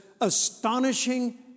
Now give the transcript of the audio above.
astonishing